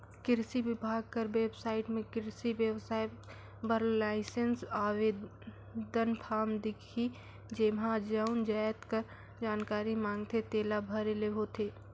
किरसी बिभाग कर बेबसाइट में किरसी बेवसाय बर लाइसेंस आवेदन फारम दिखही जेम्हां जउन जाएत कर जानकारी मांगथे तेला भरे ले होथे